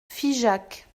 figeac